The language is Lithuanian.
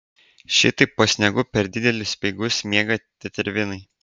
šitaip po sniegu per didelius speigus miega tetervinai